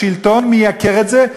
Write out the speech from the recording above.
השלטון מייקר את זה,